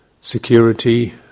security